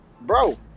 bro